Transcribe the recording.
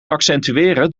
accentueren